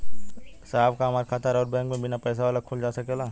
साहब का हमार खाता राऊर बैंक में बीना पैसा वाला खुल जा सकेला?